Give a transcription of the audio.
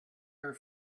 her